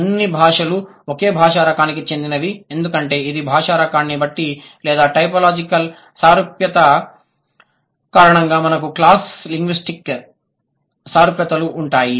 అన్ని భాషలు ఒకే భాషా రకానికి చెందినవి ఎందుకంటే ఇది భాషా రకాన్ని బట్టి లేదా టైపోలాజికల్ సారూప్యత కారణంగా మనకు క్రాస్ లింగ్విస్టిక్ సారూప్యతలు ఉంటాయి